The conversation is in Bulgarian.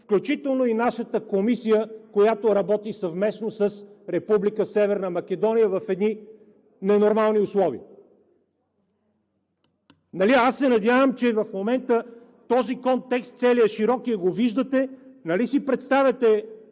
включително и нашата комисия, която работи съвместно с Република Северна Македония в едни ненормални условия. Аз се надявам, че в момента този контекст – целият, широкият, го виждате, нали си представяте